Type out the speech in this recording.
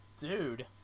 Dude